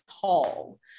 tall